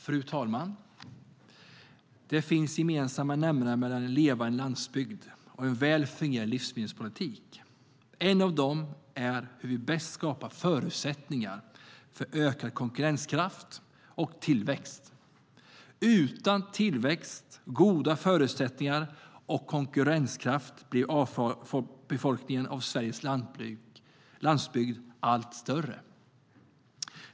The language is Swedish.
Fru talman! Det finns gemensamma nämnare mellan en levande landsbygd och en väl fungerande livsmedelspolitik. En av dem är hur vi bäst skapar förutsättningar för ökad konkurrenskraft och tillväxt. Utan tillväxt, goda förutsättningar och konkurrenskraft blir avfolkningen av Sveriges landsbygd allt större.